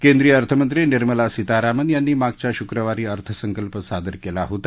केंद्रीय अर्थमंत्री निर्मला सीतारामन यांनी मागच्या शुक्रवारी अर्थसंकल्प सादर कला होता